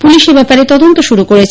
police এব্যাপারে তদন্ত শুরু করেছে